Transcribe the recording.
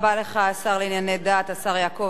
ומאחר שאנחנו התחלנו פה תקדים קודם,